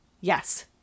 Yes